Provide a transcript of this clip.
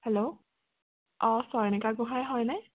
hello অ' চয়নিকা গোঁহাই হয়নে